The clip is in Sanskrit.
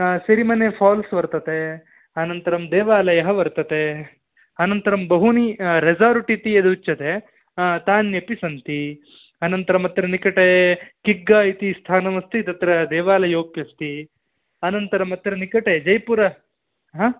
सिरिमने फ़ाल्स् वर्तते अनन्तरं देवालयः वर्तते अनन्तरं बहूनि रेसार्ट् इति यदुच्यते तान्यपि सन्ति अनन्तरम् अत्र निकटे किग्ग इति स्थानमस्ति तत्र देवालयोप्यस्ति अनन्तरम् अत्र निकटे जय्पुर